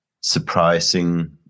surprising